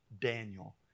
Daniel